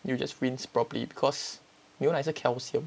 you just rinse properly because 牛奶是 calcium